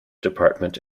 department